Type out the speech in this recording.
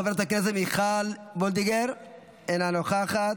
חברת הכנסת מיכל וולדיגר, אינה נוכחת.